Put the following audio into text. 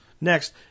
Next